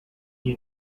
you